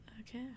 Okay